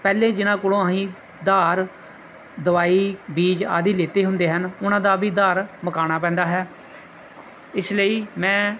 ਪਹਿਲੇ ਜਿਨ੍ਹਾਂ ਕੋਲੋਂ ਅਸੀਂ ਉਧਾਰ ਦਵਾਈ ਬੀਜ ਆਦਿ ਲਿਤੇ ਹੁੰਦੇ ਹਨ ਉਹਨਾਂ ਦਾ ਵੀ ਉਧਾਰ ਮੁਕਾਉਣਾ ਪੈਂਦਾ ਹੈ ਇਸ ਲਈ ਮੈਂ